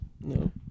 No